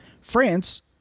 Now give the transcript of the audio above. france